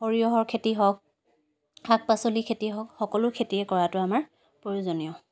সৰিয়ৰ খেতি হওক শাক পাচলি খেতি হওক সকলো খেতিয়ে কৰাটো আমাৰ প্ৰয়োজনীয়